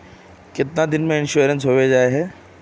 कीतना दिन में इंश्योरेंस होबे जाए है?